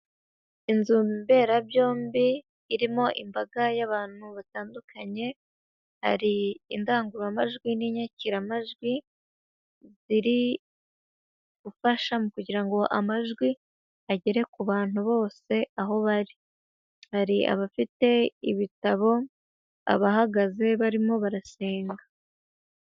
Inzu mberabyombi irimo imbaga y'abantu batandukanye, hari indangururamajwi n'inyakiramajwi ziri gufasha mu kugira ngo amajwi agere ku bantu bose aho bari. Hari abafite ibitabo, abahagaze barimo barasenga.